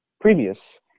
previous